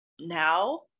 now